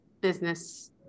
business